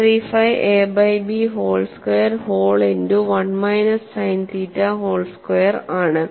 35 A by B whole square whole into 1 minus sine theta whole square ആണ്